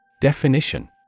Definition